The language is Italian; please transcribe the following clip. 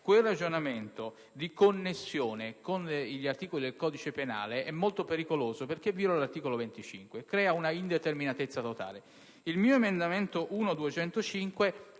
il ragionamento di connessione con gli articoli del codice penale è molto pericoloso perché viola l'articolo 25 e crea un'indeterminatezza totale. L'emendamento 1.205